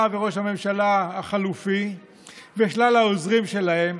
וראש הממשלה החלופי ושלל העוזרים שלהם,